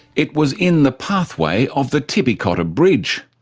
it was in the pathway of the tibby cotter bridge.